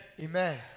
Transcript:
Amen